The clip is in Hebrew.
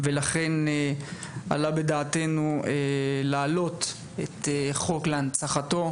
לכן עלה בדעתנו להעלות חוק להנצחתו.